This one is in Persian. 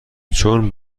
چون